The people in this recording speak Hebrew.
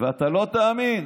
ואתה לא תאמין,